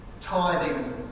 tithing